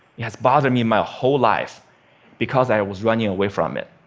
it has bothered me my whole life because i was running away from it.